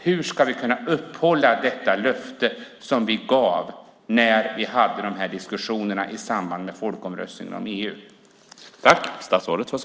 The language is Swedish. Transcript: Hur ska vi kunna hålla det löfte som vi gav när vi i samband med folkomröstningen om EU hade de här diskussionerna?